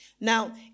Now